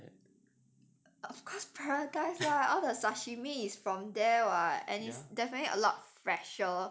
of course paradise lah all the sashimi is from there [what] and it's definitely a lot fresher